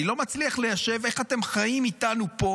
אני לא מצליח ליישב איך אתם חיים איתנו פה